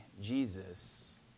Jesus